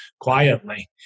quietly